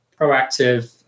proactive